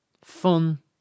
Fun